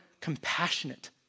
compassionate